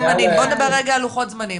בוא נדבר רגע על לוחות זמנים,